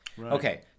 Okay